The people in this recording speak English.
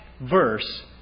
verse